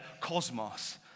cosmos